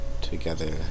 together